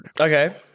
Okay